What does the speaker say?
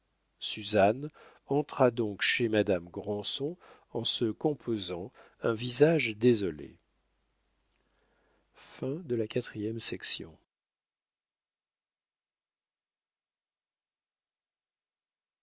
suzanne entra donc chez madame granson en se composant un visage désolé